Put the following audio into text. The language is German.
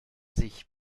sich